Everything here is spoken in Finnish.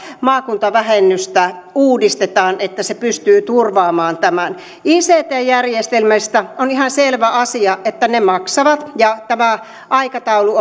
maakuntavähennystä uudistetaan että se pystyy turvaamaan tämän ict järjestelmistä on ihan selvä asia että ne maksavat ja tämä aikataulu